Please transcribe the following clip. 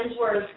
words